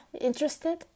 interested